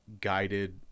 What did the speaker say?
guided